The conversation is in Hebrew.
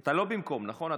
אתה לא במקום, נכון?